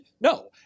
No